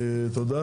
תודה